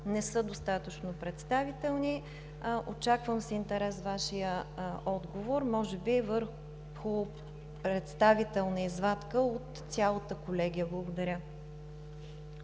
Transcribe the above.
не са достатъчно представителни. Очаквам с интерес Вашия отговор може би върху представителна извадка от цялата колегия. Благодаря.